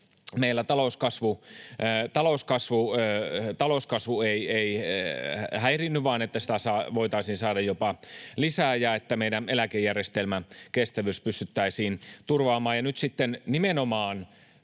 meillä talouskasvu ei häiriinny ja että sitä voitaisiin saada jopa lisää ja että meidän eläkejärjestelmän kestävyys pystyttäisiin turvaamaan. Nyt sitten tällä